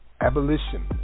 Abolition